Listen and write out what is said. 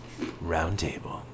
Roundtable